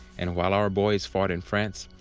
and while our boys fought in france,